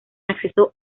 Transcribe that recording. acceso